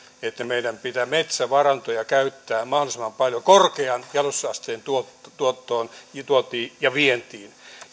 että meidän pitää metsävarantoja käyttää mahdollisimman paljon korkean jalostusasteen tuotteiden tuontiin ja vientiin